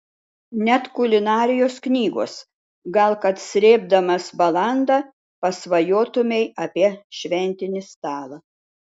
net kulinarijos knygos gal kad srėbdamas balandą pasvajotumei apie šventinį stalą